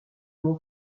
mon